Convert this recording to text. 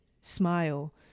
smile